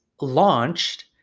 launched